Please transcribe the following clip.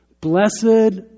Blessed